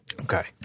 Okay